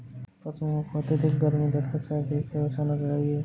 पशूओं को अत्यधिक गर्मी तथा सर्दी से बचाना चाहिए